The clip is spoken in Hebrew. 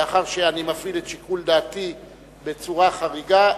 ולאחר שאני מפעיל את שיקול דעתי בצורה חריגה,